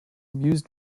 used